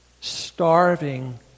starving